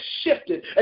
shifted